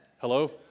Hello